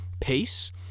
pace